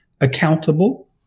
accountable